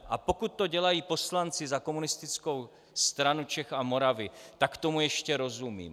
A pokud to dělají poslanci za Komunistickou stranu Čech a Moravy, tak tomu ještě rozumím.